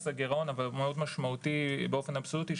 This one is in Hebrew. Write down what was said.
לגירעון שהוא משמעותי מאוד באופן אבסולוטי,